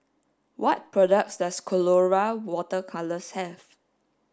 what products does Colora water colours have